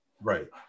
Right